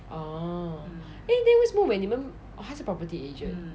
oh then 为什么 when 你们 oh 他是 property agent